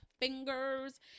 fingers